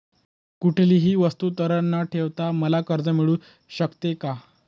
कुठलीही वस्तू तारण न ठेवता मला कर्ज मिळू शकते का?